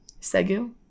Segu